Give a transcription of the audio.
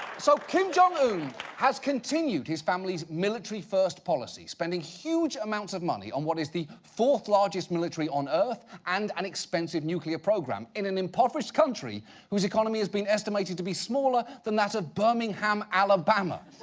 so, kim jong-un has continued continued his family's military-first policy, spending huge amounts of money on what is the fourth largest military on earth and an expensive nuclear program in an impoverished country whose economy has been estimated to be smaller than that of birmingham, alabama.